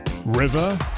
River